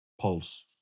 Pulse